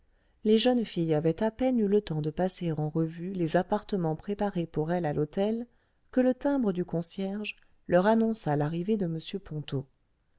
les jeunes filles avaient à peine eu le temps de passer en revue les appartements préparés pour elles à l'hôtel que le timbre du concierge leur annonça l'arrivée de m ponto